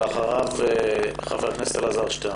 ואחריו חבר הכנסת אלעזר שטרן.